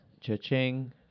Cha-ching